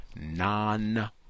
non